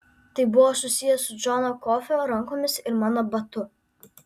tai buvo susiję su džono kofio rankomis ir mano batu